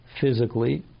physically